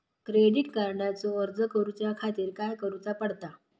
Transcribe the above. Credit कार्डचो अर्ज करुच्या खातीर काय करूचा पडता?